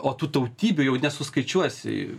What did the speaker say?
o tų tautybių jau nesuskaičiuosi